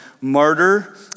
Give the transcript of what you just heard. martyr